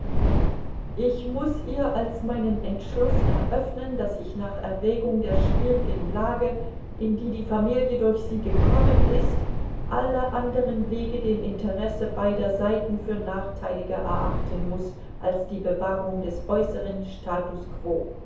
ich muß ihr als meinen entschluß eröffnen daß ich nach erwägung der schwierigen lage in die die familie durch sie gekommen ist alle anderen wege dem interesse beider seiten für nachteiliger erachten muß als die bewahrung des äußeren status quo